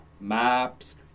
maps